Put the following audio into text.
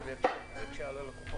אני מחדש את ישיבת ועדת הכלכלה.